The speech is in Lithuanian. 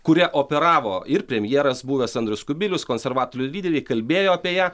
kuria operavo ir premjeras buvęs andrius kubilius konservatorių lyderiai kalbėjo apie ją